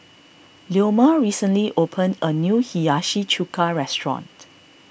Leoma recently opened a new Hiyashi Chuka restaurant